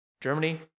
Germany